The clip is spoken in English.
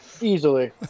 easily